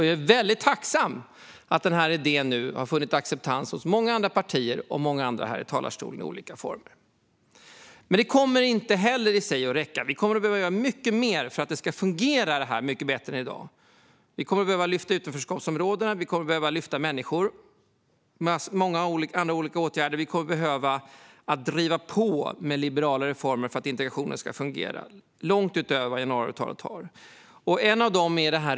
Jag är väldigt tacksam över att den idén nu har funnit acceptans hos många andra partier och många andra här i talarstolen i olika former. Men det kommer inte i sig att räcka. Vi kommer att behöva göra mycket mer för att det ska fungera mycket bättre än i dag. Vi kommer att behöva lyfta utanförskapsområdena, vi kommer att behöva lyfta människor och vidta många andra olika åtgärder. Vi kommer att behöva driva på med liberala reformer för att integrationen ska fungera, långt utöver vad januariavtalet innehåller.